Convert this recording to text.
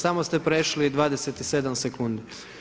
Samo ste prešli 27 sekundi.